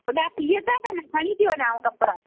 होॾा थी थी अचांव त मां खणी थी वञाव कपिड़ा